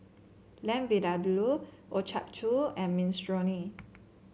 Lamb Vindaloo Ochazuke and Minestrone